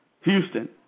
Houston